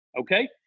Okay